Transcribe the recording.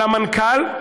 על המנכ"ל,